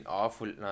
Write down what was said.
awful